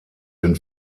den